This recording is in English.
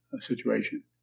situation